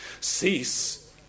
Cease